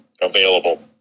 available